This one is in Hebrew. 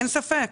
אין ספק.